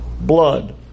blood